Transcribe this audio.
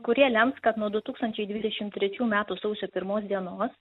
kurie lems kad nuo du tūkstančiai dvidešim trečių metų sausio pirmos dienos